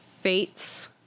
fates